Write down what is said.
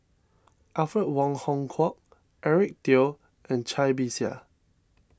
Alfred Wong Hong Kwok Eric Teo and Cai Bixia